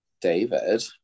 David